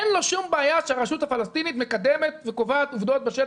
אין לו שום בעיה שהרשות הפלסטינית מקדמת וקובעת עובדות בשטח,